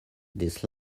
this